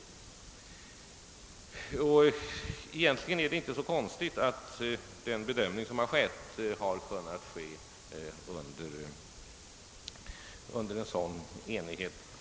Egentligen är det inte heller så underligt att den bedömning som gjorts varit så enhällig som varit fallet.